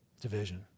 Division